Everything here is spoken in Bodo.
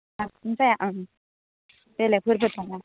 हारसिं जाया उम बेलेगफोरबो दङ